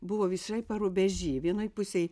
buvo visai parubežy vienoj pusėj